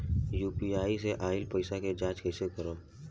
UPI से आइल पईसा के जाँच कइसे करब?